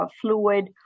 fluid